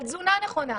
על תזונה נכונה,